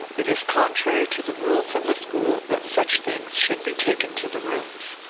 it is contrary to the rules of the school that such things should be taken to the rooms.